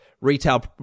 retail